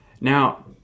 Now